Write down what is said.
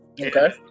Okay